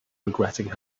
regretting